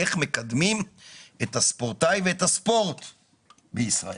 אלא איך מקדמים את הספורטאי ואת הספורט בישראל.